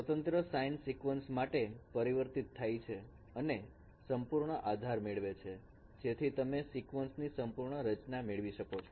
સ્વતંત્ર sine sequence માટે પરિવર્તિત થાય છે અને સંપૂર્ણ આધાર મેળવે છે જેથી તમે એ સિક્વન્સ ની સંપૂર્ણ રચના મેળવી શકો છો